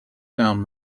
down